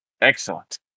Excellent